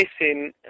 missing